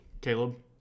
Caleb